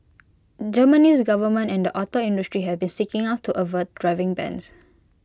Germany's government and the auto industry have been seeking to avert driving bans